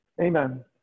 Amen